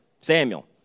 Samuel